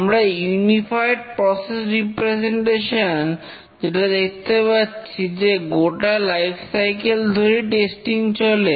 আমরা unified process representation যেটা দেখতে পাচ্ছি যে গোটা লাইফ সাইকেল ধরেই টেস্টিং চলে